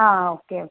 ആ okay okay